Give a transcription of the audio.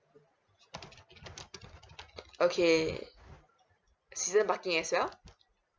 okay season parking as well